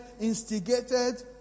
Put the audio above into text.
instigated